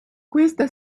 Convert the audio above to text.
questa